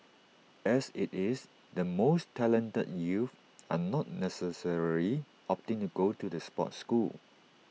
as IT is the most talented youth are not necessarily opting to go to the sports school